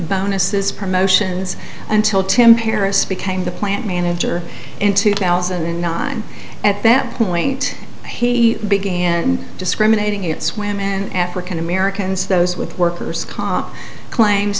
bonuses promotions until tim parris became the plant manager in two thousand and nine at that point he began discriminating it's women and african americans those with worker's comp claims